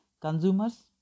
consumers